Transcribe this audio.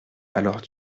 alors